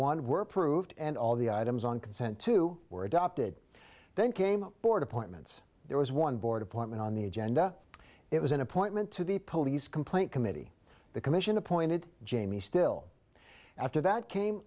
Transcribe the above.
one were proved and all the items on consent two were adopted then came board appointments there was one board appointment on the agenda it was an appointment to the police complaint committee the commission appointed jamie still after that came